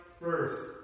first